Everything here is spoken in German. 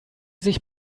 sich